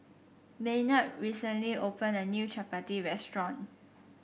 Maynard recently opened a new Chapati restaurant